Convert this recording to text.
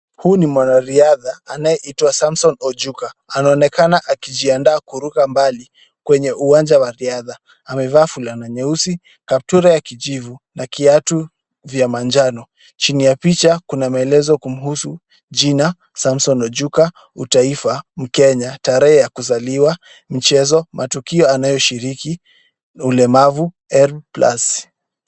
Huyu ni mwanariadha anayeitwa kama Samson Ochuka. Anajiandaa kuruka mbali kwenye uwanja wa riadha. Amevaa fulana nyeusi, kaptura ya kijivu, na viatu vya manjano. Chini ya picha kuna maelezo kumhusu. Jina, Samson Ochuka, Utaifa, Mkenya, tarehe ya kuzaliwa, mchezo, matukio anayoshiriki, ulemavu L+